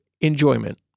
enjoyment